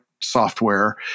software